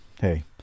hey